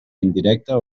indirecta